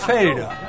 Felder